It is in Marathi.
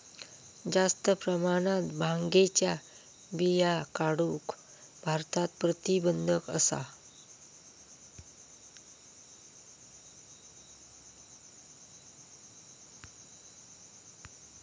जास्त प्रमाणात भांगेच्या बिया काढूक भारतात प्रतिबंध असा